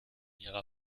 ihrer